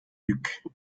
luke